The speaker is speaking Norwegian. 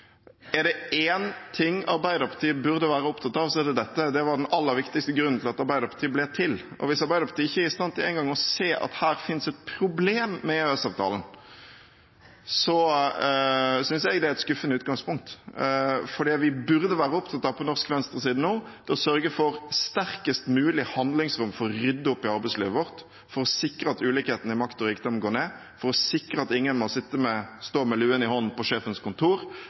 Er det én ting Arbeiderpartiet burde være opptatt av, så er det dette. Det var den aller viktigste grunnen til at Arbeiderpartiet ble til. Hvis Arbeiderpartiet ikke engang er i stand til å se at det her finnes et problem med EØS-avtalen, synes jeg det er et skuffende utgangspunkt. Det vi burde være opptatt av på norsk venstreside nå, er å sørge for et sterkest mulig handlingsrom for å rydde opp i arbeidslivet vårt, sikre at ulikhetene i makt og rikdom går ned, sikre at ingen må stå med lua i hånden på sjefens kontor,